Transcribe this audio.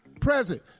present